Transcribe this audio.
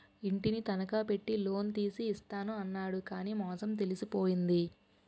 ఇంటిని తనఖా పెట్టి లోన్ తీసి ఇస్తాను అన్నాడు కానీ మోసం తెలిసిపోయింది